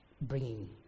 bringing